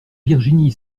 virginie